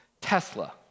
Tesla